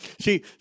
See